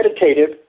meditative